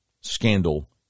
scandal